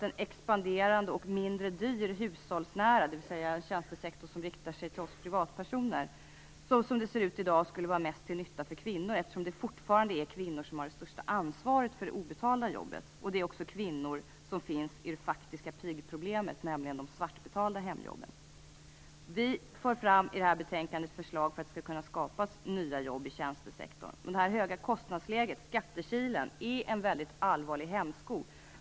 En expanderande och mindre dyr hushållsnära tjänstesektor, dvs. en tjänstesektor som riktar sig till oss privatpersoner, skulle så som det ser ut i dag vara mest till nytta för kvinnor, eftersom det fortfarande är kvinnor som har det största ansvaret för det obetalda jobbet. Det är också kvinnor som finns i det faktiska pigproblemet, nämligen de svartbetalda hemjobben. Vi för i detta betänkande fram förslag för att det skall kunna skapas nya jobb i tjänstesektorn. Men det höga kostnadsläget, skattekilen, är en väldigt allvarlig hämsko.